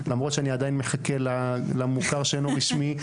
למרות שאני עדיין מחכה למוכר שאינו רשמי,